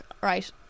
right